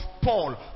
Paul